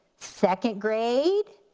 second grade,